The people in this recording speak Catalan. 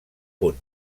punt